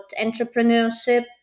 entrepreneurship